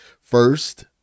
first